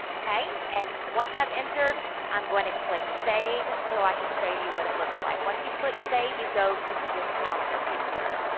okay? and once i've entered, i'm going to click save so i can show you you what it looks like. once you click save, you go to this calendar view here.